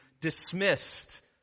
dismissed